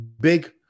big